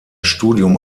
studium